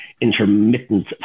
intermittent